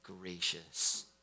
gracious